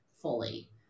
fully